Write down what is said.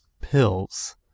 pills